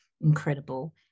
incredible